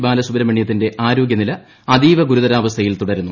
ബാലസുബ്രഹ്മണൃത്തിന്റെ ആരോഗ്യനില അതീവ ഗുരുതൂര്യവ്സ്ഥയിൽ തുടരുന്നു